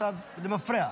ועכשיו למפרע?